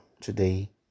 today